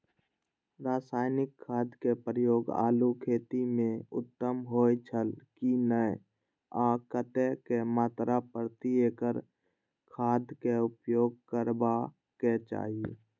रासायनिक खाद के प्रयोग आलू खेती में उत्तम होय छल की नेय आ कतेक मात्रा प्रति एकड़ खादक उपयोग करबाक चाहि?